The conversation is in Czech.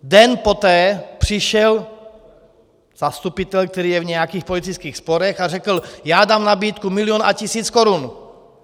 Den poté přišel zastupitel, který je v nějakých politických sporech, a řekl: já dám nabídku milion a tisíc korun.